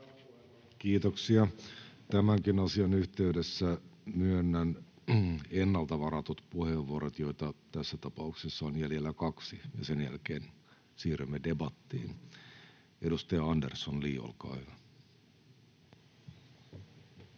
Kiitoksia. — Tämänkin asian yhteydessä myönnän ennalta varatut puheenvuorot, joita tässä tapauksessa on jäljellä kaksi, ja sen jälkeen siirrymme debattiin. — Edustaja Andersson, Li, olkaa hyvä.